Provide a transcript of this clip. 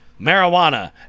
marijuana